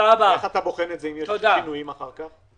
איך אתה בוחן אם יש לך שינויים אחר כך?